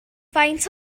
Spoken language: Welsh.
faint